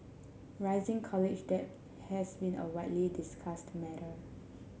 rising college debt has been a widely discussed matter